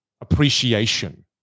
appreciation